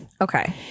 Okay